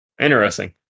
Interesting